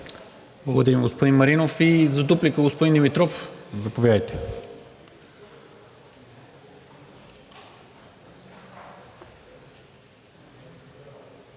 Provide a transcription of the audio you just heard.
Благодаря, господин Маринов. За дуплика, господин Димитров, заповядайте.